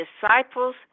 disciples